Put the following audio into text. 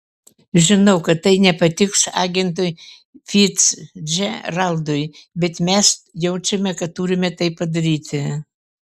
žinau kad tai nepatiks agentui ficdžeraldui bet mes jaučiame kad turime tai padaryti